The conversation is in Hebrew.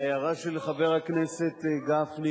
ההערה של חבר הכנסת גפני,